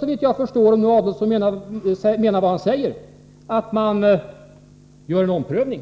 Då återstår, om nu Adelsohn menar vad han säger, en omprövning.